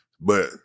But-